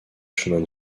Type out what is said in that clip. chemins